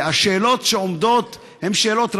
והשאלות שעומדות הן שאלות רבות.